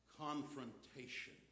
confrontation